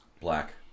black